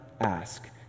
ask